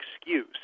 excuse